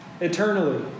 eternally